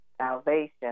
Salvation